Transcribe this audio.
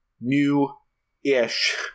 new-ish